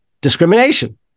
discrimination